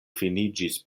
finiĝis